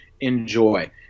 Enjoy